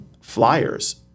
flyers